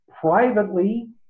privately